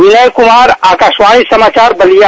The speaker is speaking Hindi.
विनय कुमार आकाशवाणी समाचार बलिया